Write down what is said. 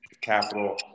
Capital –